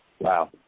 Wow